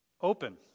open